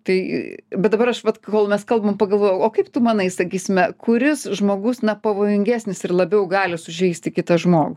tai bet dabar aš vat kol mes kalbam pagalvojau o kaip tu manai sakysime kuris žmogus na pavojingesnis ir labiau gali sužeisti kitą žmogų